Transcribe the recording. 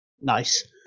Nice